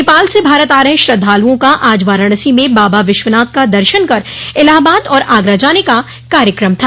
नेपाल से भारत आ रहे श्रद्वालुओं का आज वाराणसी में बाबा विश्वनाथ का दर्शन कर इलाहाबाद और आगरा जाने का कार्यक्रम था